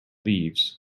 leaves